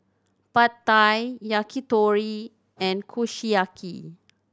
Pad Thai Yakitori and Kushiyaki